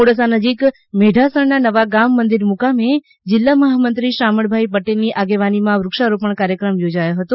મોડાસા નજીક મેઢાસણના નવાગામ મંદિર મુકામે જિલ્લા મહામંત્રી શામળભાઇ પટેલની આગેવાનીમાં વૃક્ષારોપણ કાર્યક્રમ યોજાયો હતો